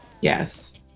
Yes